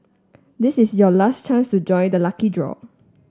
this is your last chance to join the lucky draw